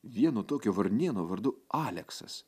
vieno tokio varnėno vardu aleksas